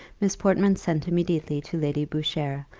miss portman sent immediately to lady boucher,